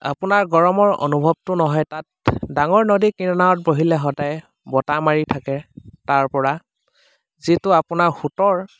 আপোনাৰ গৰমৰ অনুভৱটো নহয় তাত ডাঙৰ নদী কিনাৰত বহিলে সদায় বতাহ মাৰি থাকে তাৰপৰা যিটো আপোনাৰ সোঁতৰ